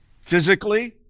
physically